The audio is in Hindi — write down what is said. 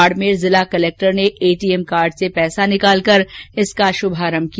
बाड़मेर जिला कलेक्टर ने एटीएम कार्ड से पैसा निकालकर इसका शुभारंभ किया